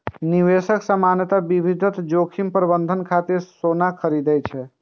निवेशक सामान्यतः विविध जोखिम प्रबंधन खातिर सोना खरीदै छै